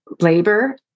labor